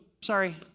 sorry